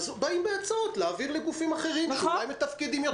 אז באים בהצעות להעביר לגופים אחרים שאולי מתפקדים טוב יותר.